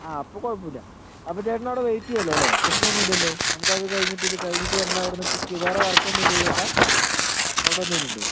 ആ അപ്പം കുഴപ്പമില്ല അപ്പം ചേട്ടൻ അവിടെ വെയ്റ്റ് ചെയ്യുമല്ലോ അല്ലെ പ്രശ്നം ഒന്നും ഇല്ലല്ലൊ നമുക്ക് അത് കഴിഞ്ഞിട്ട് ഇത് കഴഞ്ഞിട്ട് നമ്മൾ അവിടെ നിന്ന് പിക്ക് ചെയ്യും വേറെ വർക്ക് ഒന്നും ഇല്ലല്ലൊ ചേട്ടാ ഓട്ടോക്കാർ ഉണ്ട്